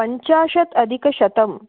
पञ्चाशत् अधिकशतम्